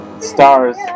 Stars